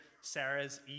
Sarah's